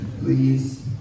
please